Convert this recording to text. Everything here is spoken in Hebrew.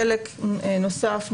חלק נוסף,